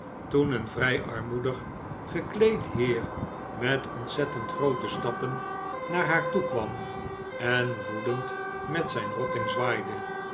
toen een vrij armoedig gekleed heer met ontzettend groote stappen naar haar toekwam en woedend met zijn rotting zwaaide